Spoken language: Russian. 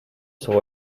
свой